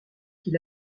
qu’il